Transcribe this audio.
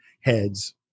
heads